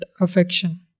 affection